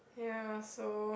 ya so